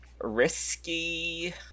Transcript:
Risky